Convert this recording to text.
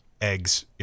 eggs